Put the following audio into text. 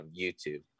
youtube